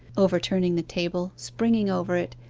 overturning the table, springing over it,